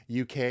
UK